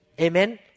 Amen